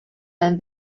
and